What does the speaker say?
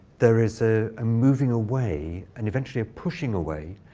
there is ah a moving away and, eventually, a pushing away